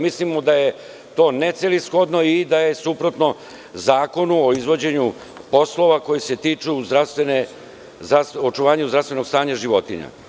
Mislimo da je to necelishodno i da je suprotno zakonu o izvođenju poslova koji se tiču očuvanja zdravstvenog stanja životinja.